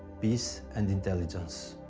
peace and intelligence.